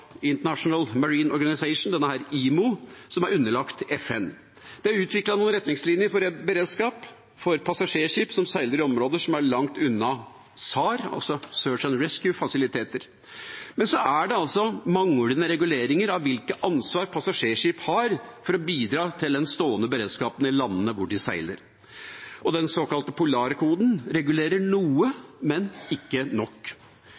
International Marine Organization, IMO, som er underlagt FN. Det er utviklet noen retningslinjer for beredskap for passasjerskip som seiler i områder som er langt unna SAR, altså «Search and Rescue»-fasiliteter. Men det er manglende reguleringer av hvilket ansvar passasjerskip har for å bidra til den stående beredskapen i landene der de seiler. Den såkalte polarkoden regulerer noe, men ikke nok.